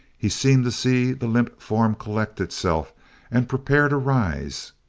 he seemed to see the limp form collect itself and prepare to rise.